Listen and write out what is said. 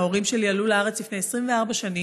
ההורים שלי עלו לארץ לפני 24 שנים,